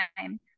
time